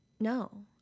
no